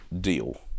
deal